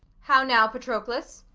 how now, patroclus?